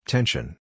Tension